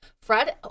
Fred